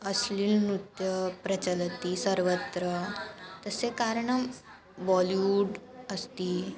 अस्लिन् नृत्यं प्रचलति सर्वत्र तस्य कारणं बोलिवुड् अस्ति